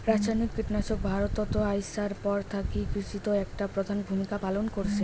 রাসায়নিক কীটনাশক ভারতত আইসার পর থাকি কৃষিত একটা প্রধান ভূমিকা পালন করসে